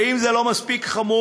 ואם זה לא מספיק חמור,